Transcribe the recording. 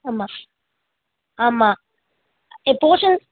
ஆமாம் ஆமாம் a portion